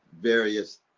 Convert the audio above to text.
various